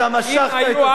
אתה משכת את הזמן.